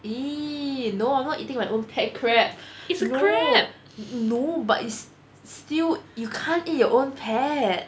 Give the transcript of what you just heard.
!ee! no I'm not eating my own pet crab no no but it's still you can't eat your own pet